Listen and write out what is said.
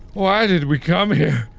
why did we come here?